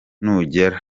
nugera